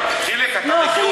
חיליק, אתה מכיר אותי.